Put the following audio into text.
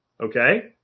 Okay